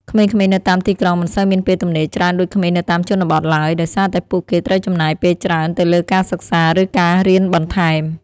ក្មេងៗនៅតាមទីក្រុងមិនសូវមានពេលទំនេរច្រើនដូចក្មេងនៅតាមជនបទឡើយ ដោយសារតែពួកគេត្រូវចំណាយពេលច្រើនទៅលើការសិក្សាឬការរៀនបន្ថែម។